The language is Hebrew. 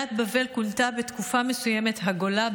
קהילת בבל כונתה בתקופות מסוימות ה-גולה,